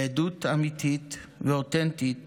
בעדות אמיתית ואותנטית